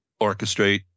orchestrate